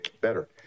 better